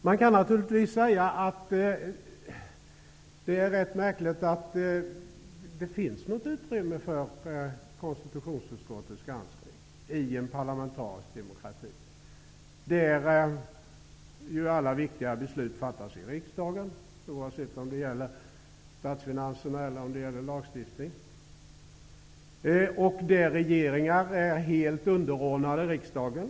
Man kan naturligtvis säga att det är märkligt att det finns utrymme för konstitutionsutskottets granskning i en parlamentarisk demokrati där alla viktiga beslut fattas i riksdagen, oavsett om det gäller statsfinanserna eller om det gäller lagstiftning, och där regeringen är helt underordnad riksdagen.